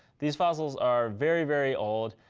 these fossils are very very old.